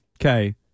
Okay